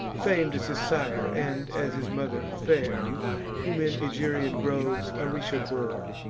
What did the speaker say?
fam'd as his sire, and, as his mother, fair whom in egerian groves aricia bore,